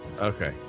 Okay